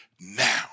now